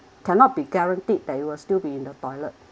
cannot be guaranteed that it will still be in the toilet